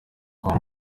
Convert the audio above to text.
kwa